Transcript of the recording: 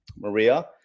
Maria